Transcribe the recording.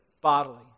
bodily